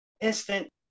instant